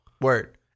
Word